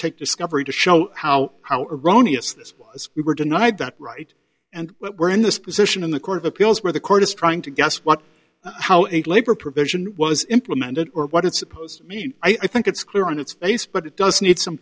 take discovery to show how how iranians this is we were denied that right and we're in this position in the court of appeals where the court is trying to guess what how a labor provision was implemented or what it's supposed to mean i think it's clear on its face but it does need some